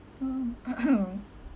oh